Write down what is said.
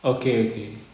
okay okay